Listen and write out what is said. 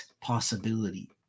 possibility